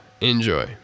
Enjoy